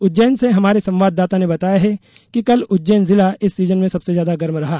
उज्जैन से हमारे संवाददाता ने बताया है कि कल उज्जैन जिला इस सीजन में सबसे ज्यादा गर्म रहा